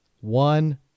one